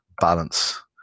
balance